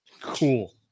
Cool